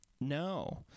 no